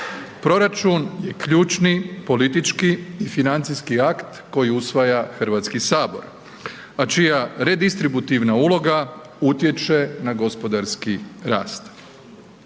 Proračun je ključni, politički i financijski akt koji usvaja Hrvatski sabor, a čija redistributivna uloga utječe na gospodarski rast.